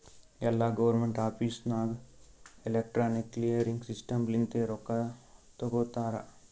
ಎಲ್ಲಾ government office ನಾಗ್ electronic clearing system ಲಿಂತೆ ರೊಕ್ಕಾ ತೊಗೋತಾರ